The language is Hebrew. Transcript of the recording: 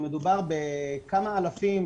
אלא כמה אלפים.